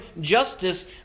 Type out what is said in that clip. justice